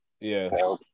Yes